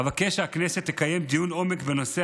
אבקש שהכנסת תקיים דיון עומק בנושא